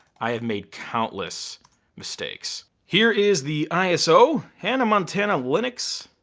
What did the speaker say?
i have made countless mistakes. here is the iso hannah montana linux,